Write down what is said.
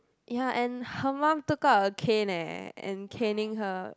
ya and her mum took out a cane eh and caning her